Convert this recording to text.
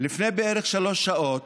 לפני בערך שלוש שעות,